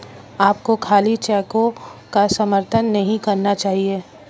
आपको खाली चेकों का समर्थन नहीं करना चाहिए